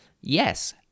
Yes